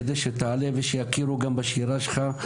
כדי שתעלה ושיכירו גם בשירה שלך.